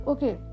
Okay